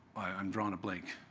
i'm drawing a blank.